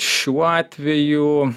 šiuo atveju